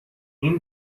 این